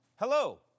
Hello